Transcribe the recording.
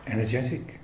Energetic